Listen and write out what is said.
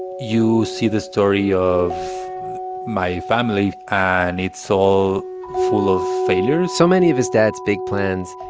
you see the story of my family, and it's all full of failures so many of his dad's big plans,